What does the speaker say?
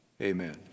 Amen